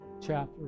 chapter